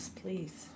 please